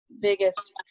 biggest